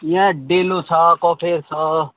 यहाँ डेलो छ कफेर छ